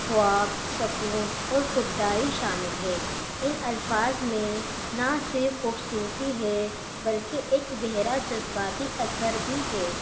خواب سکون اور خودداری شامل ہے ان الفاظ میں نہ صرف خوبصورتی ہے بلکہ ایک گہرا جذباتی اثر بھی ہے